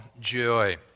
joy